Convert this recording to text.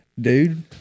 dude